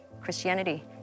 Christianity